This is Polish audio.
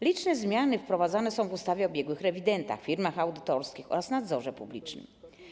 Liczne zmiany wprowadzane się w ustawie o biegłych rewidentach, firmach audytorskich oraz nadzorze publicznym.